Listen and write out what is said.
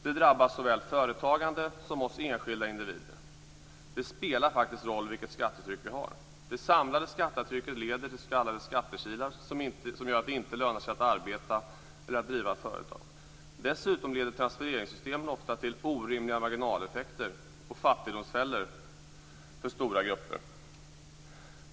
Det drabbar såväl företagandet som oss enskilda individer. Det spelar faktiskt roll vilket skattetryck vi har. Det samlade skattetrycket leder till s.k. skattekilar som gör att det inte lönar sig att arbeta eller att driva företag. Dessutom leder transfereringssystemen ofta till orimliga marginaleffekter och fattigdomsfällor för stora grupper.